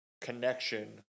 connection